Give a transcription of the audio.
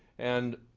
and